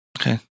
Okay